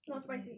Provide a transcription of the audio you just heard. not spicy